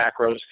macros